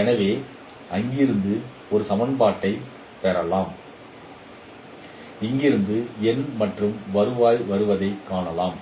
எனவே அங்கிருந்து இந்த சமன்பாட்டைப் பெறலாம் இங்கிருந்து எண் மற்றும் வருவாய் வருவதைக் காணலாம்